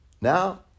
Now